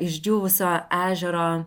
išdžiūvusio ežero